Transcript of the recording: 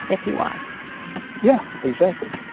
if you want yeah, exactly